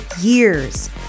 years